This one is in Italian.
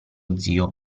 zio